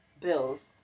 bills